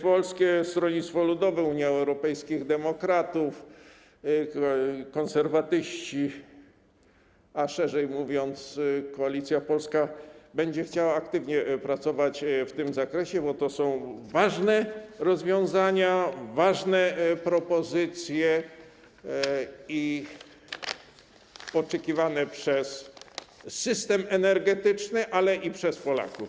Polskie Stronnictwo Ludowe, Unia Europejskich Demokratów, Konserwatyści, a szerzej mówiąc: Koalicja Polska będzie chciała aktywnie pracować w tym zakresie, bo to są ważne rozwiązania, ważne propozycje, oczekiwane przez system energetyczny, ale i przez Polaków.